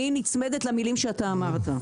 אני נצמדת למילים שאתה אמרת.